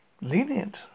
lenient